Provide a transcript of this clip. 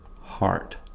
heart